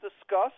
discuss